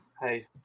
hey